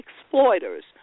exploiters